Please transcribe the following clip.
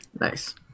Nice